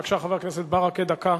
בבקשה, חבר הכנסת ברכה, דקה.